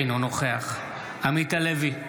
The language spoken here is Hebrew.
אינו נוכח עמית הלוי,